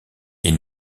est